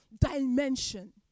dimension